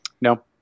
No